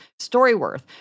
StoryWorth